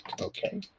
Okay